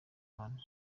abandi